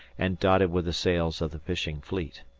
and dotted with the sails of the fishing-fleet.